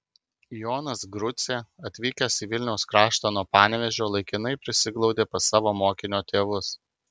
jonas grucė atvykęs į vilniaus kraštą nuo panevėžio laikinai prisiglaudė pas savo mokinio tėvus